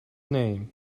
name